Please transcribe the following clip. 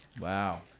Wow